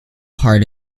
heart